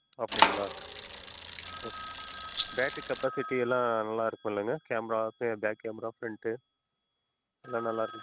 அப்படிங்களா ம் பேட்டரி கெப்பாசிட்டியெல்லாம் நல்லா இருக்கும்லங்க கேமரா பேக் கேமரா ஃப்ரண்ட்டு எல்லாம் நல்லா இருக்கும்